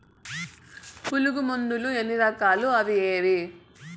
పులుగు మందులు ఎన్ని రకాలు అవి ఏవి?